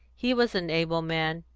he was an able man,